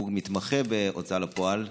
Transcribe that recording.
הוא מתמחה בהוצאה לפועל,